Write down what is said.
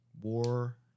War